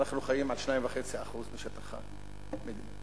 אנחנו חיים על 2.5% משטח המדינה.